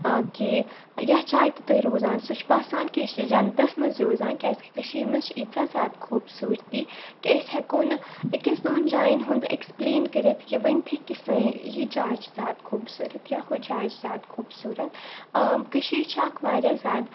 کہِ یَتھ جایہِ تہِ تُہۍ روزان سُہ چھِ باسان کہِ أسۍ چھِ جَنتَس منٛز روزان کیٛازِ کہِ کٔشیٖر منٛز چھِ ییٖژا زِیادٕ خوبصوٗرتِی کہِ أسۍ ہؠکو نہٕ أکِس دۄن جایَن ہُنٛد ایٚکٕسپلین کٔرِتھ یہِ ؤنتھٕے کہِ یہِ جاے چھِ زِیادٕ خوبصوٗرَت یا ہُہ جاے چھِ زِیادٕ خوبصورَت کٔشیٖر چھِ اَکھ واریاہ زِیادٕ